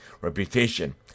reputation